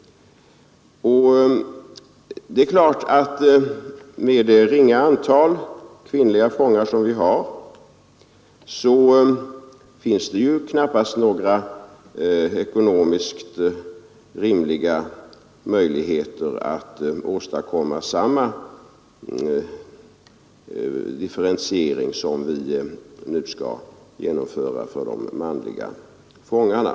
Med det ringa antal kvinnliga fångar som vi har finns det ju knappast några ekonomiskt rimliga möjligheter att åstadkomma samma differentiering som vi nu skall genomföra för de manliga fångarna.